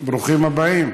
ברוכים הבאים.